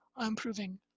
improving